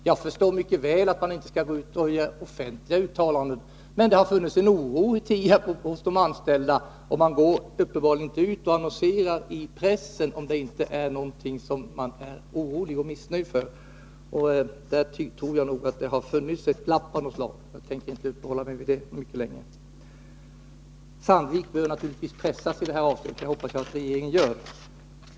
Jag förstår mycket väl att regeringen inte skall gå ut och göra offentliga uttalanden, men det har funnits en oro hos de anställda i Tierp. Man annonserar givetvis inte i pressen om det inte är någonting som man är orolig och missnöjd över. Jag tror att det här har funnits ett glapp av något slag, men jag tänker inte uppehålla mig vid det. Sandvik bör naturligtvis pressas i detta avseende, och jag hoppas att regeringen gör det.